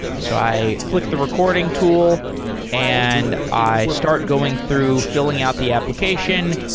so i click the recording tool and i start going through fi lling out the application,